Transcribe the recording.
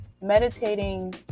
meditating